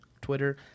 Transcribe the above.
Twitter